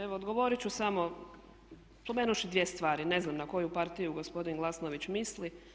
Evo odgovorit ću samo spomenuvši dvije stvari, ne znam na koju partiju gospodin Glasnović misli.